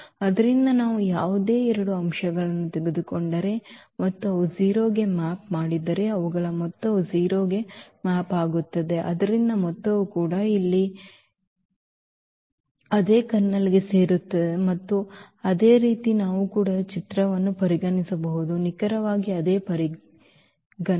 ಆದ್ದರಿಂದ ನಾವು ಯಾವುದೇ ಎರಡು ಅಂಶಗಳನ್ನು ತೆಗೆದುಕೊಂಡರೆ ಮತ್ತು ಅವು 0 ಕ್ಕೆ ಮ್ಯಾಪ್ ಮಾಡಿದರೆ ಅವುಗಳ ಮೊತ್ತವು 0 ಗೆ ಮ್ಯಾಪ್ ಆಗುತ್ತದೆ ಆದ್ದರಿಂದ ಮೊತ್ತವು ಕೂಡ ಇಲ್ಲಿ ಅದೇ ಕರ್ನಲ್ಗೆ ಸೇರಿರುತ್ತದೆ ಮತ್ತು ಅದೇ ರೀತಿ ನಾವು ಕೂಡ ಚಿತ್ರವನ್ನು ಪರಿಗಣಿಸಬಹುದು ನಿಖರವಾಗಿ ಅದೇ ಪರಿಗಣನೆ